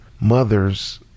mothers